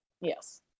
yes